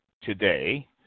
today